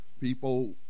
people